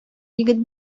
егет